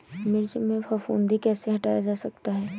मिर्च में फफूंदी कैसे हटाया जा सकता है?